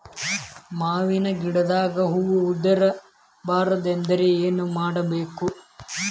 ಮಾವಿನ ಗಿಡದಾಗ ಹೂವು ಉದುರು ಬಾರದಂದ್ರ ಏನು ಮಾಡಬೇಕು?